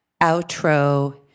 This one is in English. Outro